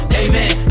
amen